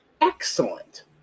excellent